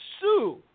sue